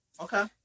Okay